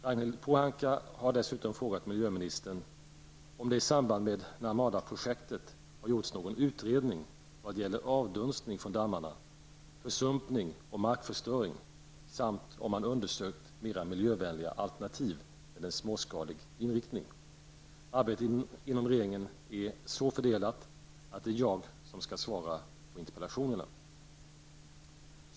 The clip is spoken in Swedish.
Ragnhild Pohanka har dessutom frågat miljöministern om det i samband med Narmadaprojektet har gjorts någon utredning vad gäller avdunstning från dammarna, försumpning och markförstöring samt om man har undersökt mera miljövänliga alternativ med en småskalig inriktning. Arbetet inom regeringen är så fördelat att det är jag som skall svara på interpellationerna.